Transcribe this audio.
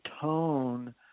tone